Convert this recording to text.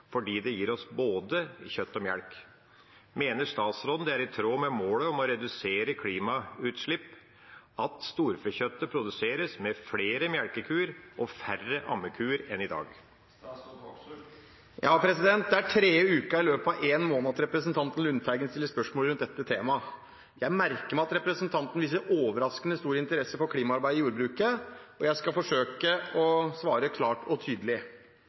fordi det gir oss både kjøtt og melk. Mener statsråden det er i tråd med målet om å redusere klimagassutslipp at storfekjøttet produseres med flere melkekuer og færre ammekuer enn i dag?» Det er tredje uke i løpet av en måned at representanten Lundteigen stiller spørsmål rundt dette temaet. Jeg merker meg at representanten viser overraskende stor interesse for klimaarbeidet i jordbruket. Jeg skal forsøke å svare klart og tydelig.